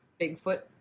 Bigfoot